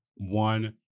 one